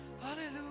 Hallelujah